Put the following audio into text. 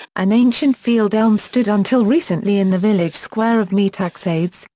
an ancient field elm stood until recently in the village square of metaxades,